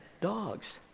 dogs